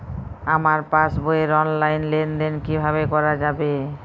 আমার পাসবই র অনলাইন লেনদেন কিভাবে করা যাবে?